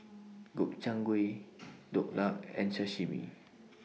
Gobchang Gui Dhokla and Sashimi